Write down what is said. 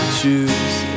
choose